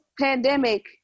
pandemic